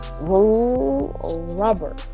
rubber